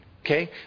Okay